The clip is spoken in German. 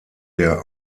der